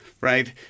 right